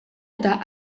eta